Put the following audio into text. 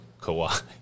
Kawhi